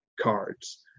cards